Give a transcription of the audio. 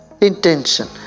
intention